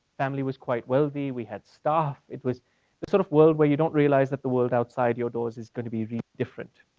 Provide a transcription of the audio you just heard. family was quite wealthy, we had stuff, it was the sort of world where you don't realize that the world outside your door is is gonna be really different.